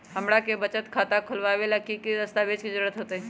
हमरा के बचत खाता खोलबाबे ला की की दस्तावेज के जरूरत होतई?